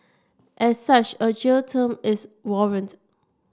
as such a jail term is warranted